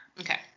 Okay